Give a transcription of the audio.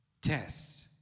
Tests